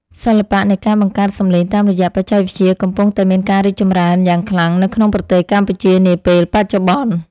សិល្បៈនៃការបង្កើតសំឡេងតាមរយៈបច្ចេកវិទ្យាកំពុងតែមានការរីកចម្រើនយ៉ាងខ្លាំងនៅក្នុងប្រទេសកម្ពុជានាពេលបច្ចុប្បន្ន។